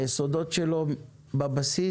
היסודות שלו בבסיס,